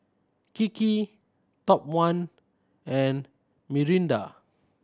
Kiki Top One and Mirinda